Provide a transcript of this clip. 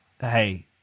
hey